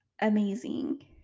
amazing